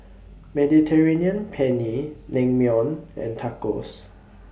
Mediterranean Penne Naengmyeon and Tacos